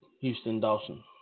Houston-Dawson